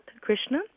Krishna